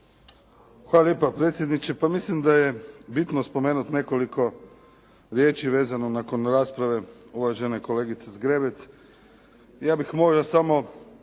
Hvala lijepo predsjedniče. Pa mislim da je bitno spomenuti nekoliko riječi vezano nakon rasprave uvažene kolegice Zgrebec. Ja bih molio samo